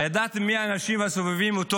הידעתם מי האנשים הסובבים אותו?